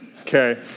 okay